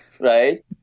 right